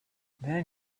then